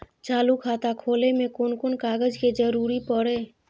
चालु खाता खोलय में कोन कोन कागज के जरूरी परैय?